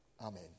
Amen